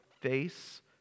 face